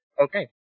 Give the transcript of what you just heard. Okay